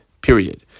Period